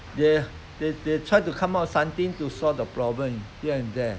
they they they try to come up with something to solve the problem here and there